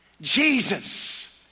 Jesus